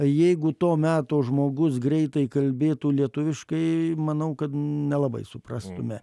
jeigu to meto žmogus greitai kalbėtų lietuviškai manau kad nelabai suprastume